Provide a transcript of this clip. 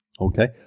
okay